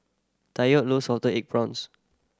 Tyrek love salted egg prawns